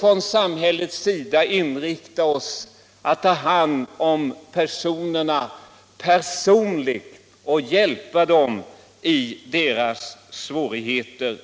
från samhällets sida mer inrikta oss på att ta hand om människorna personligt och hjälpa dem i deras svårigheter.